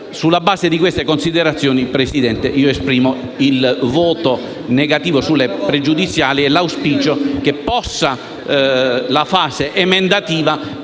Sulla base di queste considerazioni, Presidente, esprimo il voto contrario alle pregiudiziali con l'auspicio che la fase emendativa